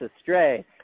astray